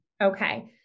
Okay